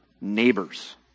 neighbors